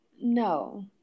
no